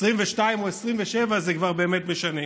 22 או 27, זה כבר באמת משנה.